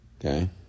Okay